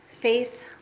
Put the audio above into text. faith